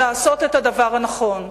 לעשות את הדבר הנכון.